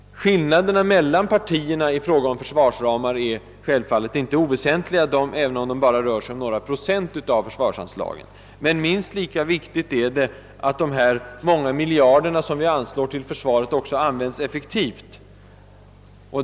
Skillnaderna mellan partierna i fråga om försvarsramar är självfallet inte oväsentliga, även om de bara rör sig om några procent av försvarsanslagen. Men minst lika viktigt är att de många miljarder som vi anslår till försvaret också används effektivt.